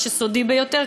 מה שסודי ביותר,